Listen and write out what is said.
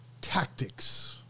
Tactics